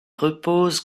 repose